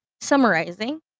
summarizing